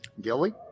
Gilly